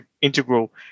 integral